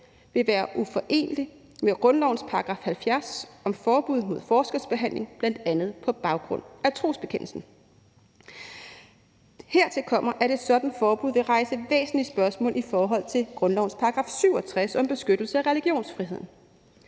vil være uforeneligt med grundlovens § 70 om forbud mod forskelsbehandling, bl.a. på baggrund af trosbekendelsen. Hertil kommer, at et sådant forbud vil rejse væsentlige spørgsmål i forhold til grundlovens § 67 om beskyttelse af religionsfriheden.